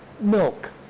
milk